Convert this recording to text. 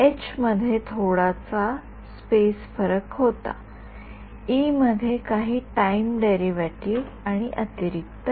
H मध्ये थोडासा space फरक होता ई मध्ये काही टाइम डेरिव्हेटीव्ह आणि अतिरिक्त टर्म